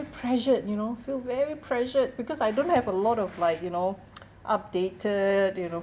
pressured you know feel very pressured because I don't have a lot of like you know updated you know